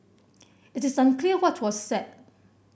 it is unclear what was said